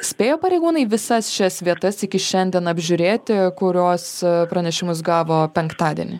spėjo pareigūnai visas šias vietas iki šiandien apžiūrėti kuriuos pranešimus gavo penktadienį